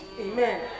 Amen